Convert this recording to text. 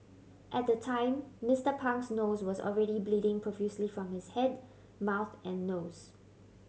at the time Mister Pang's nose was already bleeding profusely from his head mouth and nose